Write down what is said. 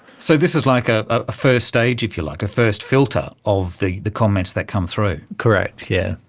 so this is like ah a first stage, if you like, a first filter of the the comments that come through. correct, yeah